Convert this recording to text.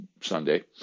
Sunday